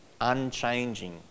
unchanging